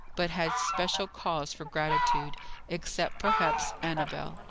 but had special cause for gratitude except, perhaps, annabel.